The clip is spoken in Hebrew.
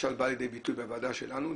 שבאה לידי ביטוי בוועדה שלנו.